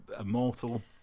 immortal